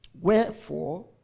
wherefore